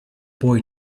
boy